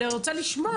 אני רוצה לשמוע.